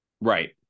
Right